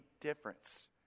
difference